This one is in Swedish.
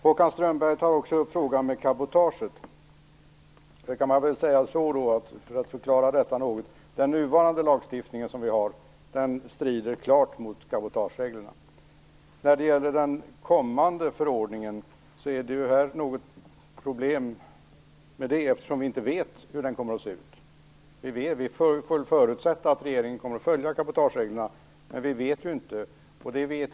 Håkan Strömberg tar också upp frågan om cabotage. Den nuvarande lagstiftningen strider klart mot cabotagereglerna. Med den kommande förordningen är det litet problem, eftersom vi inte vet hur den kommer att se ut. Vi får väl förutsätta att regeringen kommer att följa cabotagereglerna. Men det vet vi ju inte.